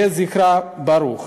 יהיה זכרה ברוך.